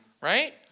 right